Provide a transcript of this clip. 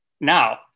Now